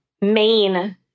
main